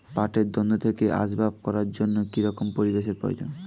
পাটের দণ্ড থেকে আসবাব করার জন্য কি রকম পরিবেশ এর প্রয়োজন?